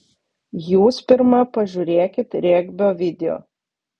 jūs pirma pažiūrėkit regbio video